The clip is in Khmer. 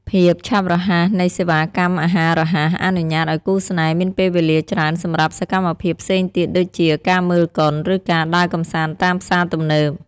ភាពឆាប់រហ័សនៃសេវាកម្មអាហាររហ័ស អនុញ្ញាតឱ្យគូស្នេហ៍មានពេលវេលាច្រើនសម្រាប់សកម្មភាពផ្សេងទៀតដូចជា ការមើលកុន ឬការដើរកម្សាន្តតាមផ្សារទំនើប។